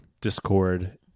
discord